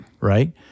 right